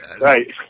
Right